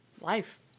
life